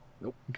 Nope